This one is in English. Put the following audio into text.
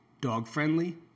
dog-friendly